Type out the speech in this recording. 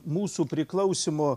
mūsų priklausymo